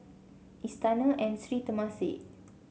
Istana and Sri Temasek